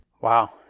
Wow